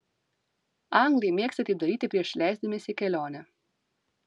anglai mėgsta taip daryti prieš leisdamiesi į kelionę